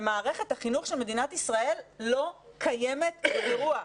ומערכת החינוך של מדינת ישראל לא קיימת באירוע,